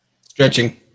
Stretching